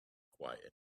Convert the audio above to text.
quiet